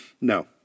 No